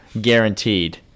guaranteed